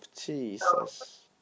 Jesus